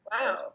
wow